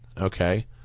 Okay